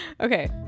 Okay